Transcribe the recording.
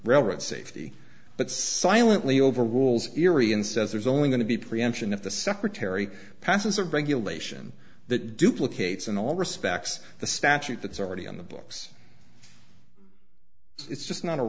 railroad safety but silently over rules eerie and says there's only going to be preemption if the secretary passes a regulation that duplicates in all respects the statute that's already on the books it's just not a